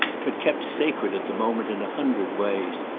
but kept sacred at the moment in a hundred ways,